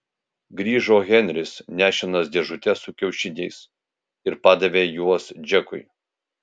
grįžo henris nešinas dėžute su kiaušiniais ir padavė juos džekui